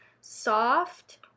soft